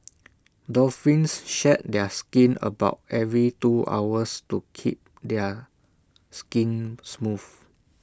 dolphins shed their skin about every two hours to keep their skin smooth